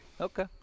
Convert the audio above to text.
Okay